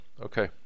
Okay